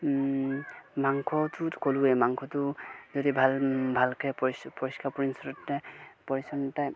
মাংসটোত ক'লোৱেই মাংসটো যদি ভাল ভালকৈ পৰিষ্কাৰ পৰিচ্ছন্নতে পৰিচ্ছন্নতাই